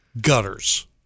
gutters